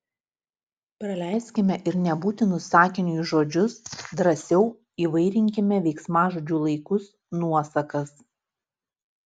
praleiskime ir nebūtinus sakiniui žodžius drąsiau įvairinkime veiksmažodžių laikus nuosakas